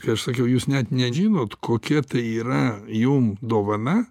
kai aš sakiau jūs net nežinot kokia tai yra jum dovana